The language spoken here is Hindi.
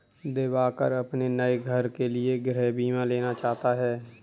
दिवाकर अपने नए घर के लिए गृह बीमा लेना चाहता है